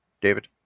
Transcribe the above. David